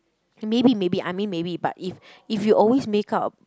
maybe maybe I mean maybe but if if you always make up